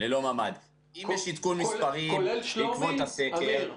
אם יש עדכון מספרים בעקבות הסקר,